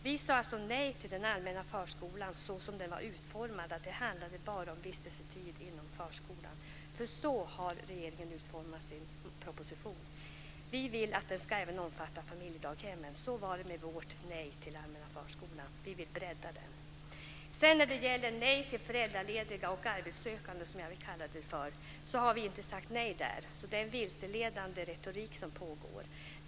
Vi sade alltså nej till den allmänna förskolan såsom förslaget var utformat i regeringens proposition. Det handlade bara om vistelsetiden i förskolan. Vi vill att den ska omfatta även familjedaghemmen. Det var därför som vi sade nej till allmänna förskolan. Vi ville bredda den. Vi har inte sagt nej till föräldralediga och arbetssökande. Det är alltså en vilseledande retorik som man ägnar sig åt.